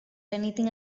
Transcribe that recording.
anything